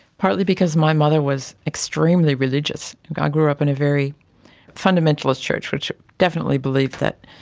partly because my mother was extremely religious. i grew up in a very fundamentalist church which definitely believed that